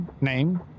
name